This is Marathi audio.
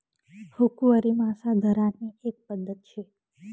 हुकवरी मासा धरानी एक पध्दत शे